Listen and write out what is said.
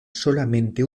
solamente